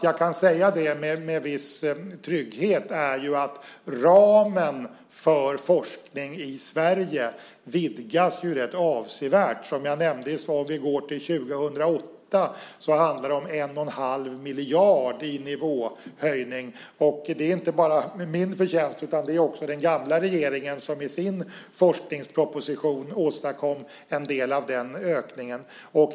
Jag kan säga det med viss trygghet tack vare att ramen för forskning i Sverige vidgas rätt avsevärt. Som jag nämnde handlar det om en och en halv miljard i nivåhöjning om vi går till 2008. Det är inte bara min förtjänst, utan också den gamla regeringen som i sin forskningsproposition åstadkom en del av den ökningen.